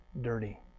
dirty